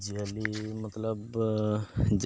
ᱡᱤᱭᱟᱹᱞᱤ ᱢᱚᱛᱞᱚᱵ